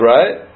Right